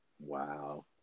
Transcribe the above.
Wow